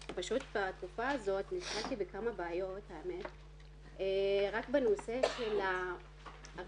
בתקופה הזאת נתקלתי בכמה בעיות רק בנושא של הרווחה.